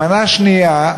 מנה שנייה,